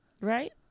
Right